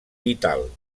vital